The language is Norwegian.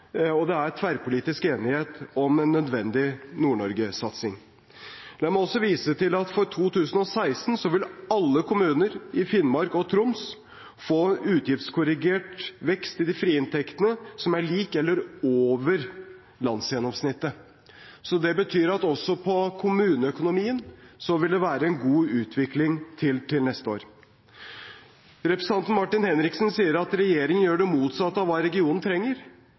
og det er tverrpolitisk enighet om en nødvendig Nord-Norge-satsing. Jeg må også vise til at for 2016 vil alle kommuner i Finnmark og Troms få utgiftskorrigert vekst i de frie inntektene som er lik eller over landsgjennomsnittet. Det betyr at også i kommuneøkonomien vil det være en god utvikling til neste år. Representanten Martin Henriksen sier at regjeringen gjør det motsatte av det regionen trenger.